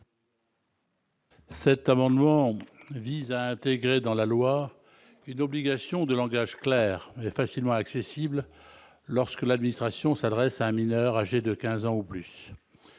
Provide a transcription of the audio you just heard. Cet amendement vise à intégrer dans la loi une obligation de langage clair facilement accessibles, lorsque l'administration s'adresse à un mineur âgé de 15 ans ou plus,